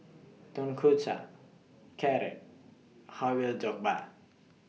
Tonkatsu Carrot Halwa Jokbal